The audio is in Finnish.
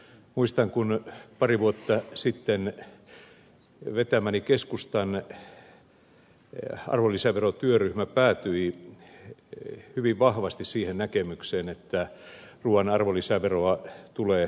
muistan kun pari vuotta sitten vetämäni keskustan arvonlisäverotyöryhmä päätyi hyvin vahvasti siihen näkemykseen että ruuan arvonlisäveroa tulee alentaa